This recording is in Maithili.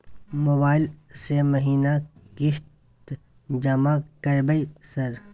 मोबाइल से महीना किस्त जमा करबै सर?